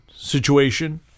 Situation